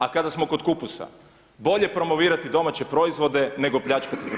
A kada smo kod kupusa, bolje promovirati domaće proizvode nego pljačkati Hrvatsku.